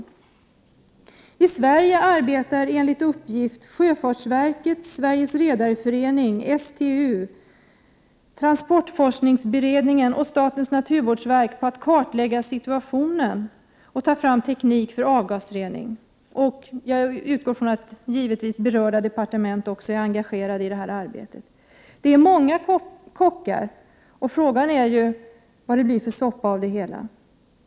Enligt uppgifter som jag har fått arbetar i Sverige sjöfartsverket, Sveriges redareförening, STU, transportforskningsberedningen och statens naturvårdsverk på att kartlägga situationen och att ta fram teknik för avgasrening. Jag utgår från att berörda departement också är engagerade i detta arbete. Det är således många kockar. Frågan är vad det blir för soppa av det hela.